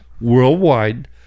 worldwide